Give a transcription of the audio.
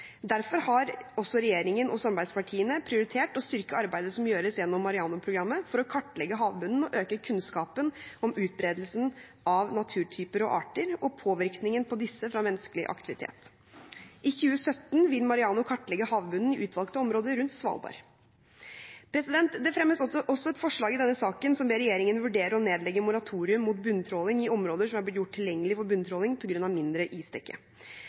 Derfor har regjeringen og samarbeidspartiene prioritert å styrke arbeidet som gjøres gjennom MAREANO-programmet for å kartlegge havbunnen og øke kunnskapen om utbredelsen av naturtyper og arter og påvirkningen på disse fra menneskelig aktivitet. I 2017 vil MAREANO kartlegge havbunnen i utvalgte områder rundt Svalbard. Det fremmes også et forslag i denne saken hvor man ber regjeringen vurdere å nedlegge moratorium mot bunntråling i områder som er blitt gjort tilgjengelige for bunntråling på grunn av mindre